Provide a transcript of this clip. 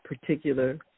particular